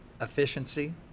efficiency